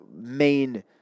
main